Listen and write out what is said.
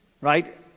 Right